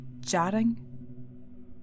jarring